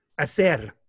Hacer